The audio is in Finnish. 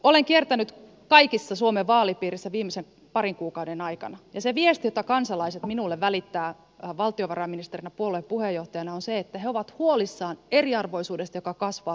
olen kiertänyt kaikissa suomen vaalipiireissä viimeisten parin kuukauden aikana ja se viesti jota kansalaiset välittävät minulle valtiovarainministerinä ja puolueen puheenjohtajana on se että he ovat huolissaan eriarvoisuudesta joka kasvaa suomalaisessa yhteiskunnassa